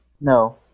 No